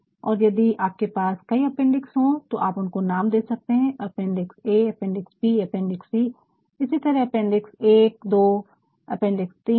और यदि आपके पास कई अपेंडिक्स हो तो आप उनको नाम दे सकते है अपेंडिक्स अ अपेंडिक्स बी अपेंडिक्स सी इसी तरह अपेंडिक्स १ अपेंडिक्स २ अपेंडिक्स